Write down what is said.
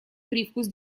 привкус